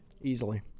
Easily